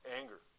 anger